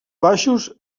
baixos